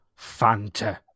Fanta